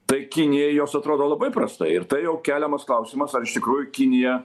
tai kinijai jos atrodo labai prastai ir tai jau keliamas klausimas ar iš tikrųjų kinija